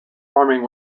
farming